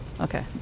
okay